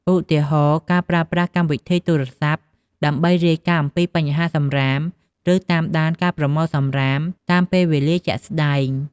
ឧទាហរណ៍ ការប្រើប្រាស់កម្មវិធីទូរស័ព្ទដើម្បីរាយការណ៍អំពីបញ្ហាសំរាម ឬតាមដានការប្រមូលសំរាមតាមពេលវេលាជាក់ស្តែង។